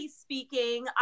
speaking